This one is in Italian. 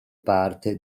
parte